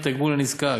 מתגמול נזקק.